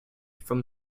from